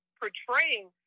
portraying